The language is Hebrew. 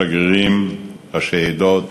שגרירים, ראשי עדות,